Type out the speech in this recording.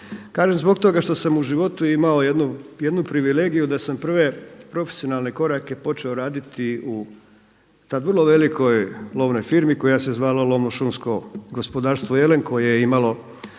Kažem zbog toga što sam u životu imao jednu privilegiju da sam prve profesionalne korake počeo raditi u tada vrlo velikoj lovnoj firmi koja se zvala Lovno-šumsko gospodarstvo Jelen koje je imalo